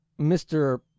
Mr